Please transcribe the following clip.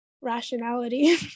rationality